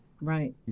Right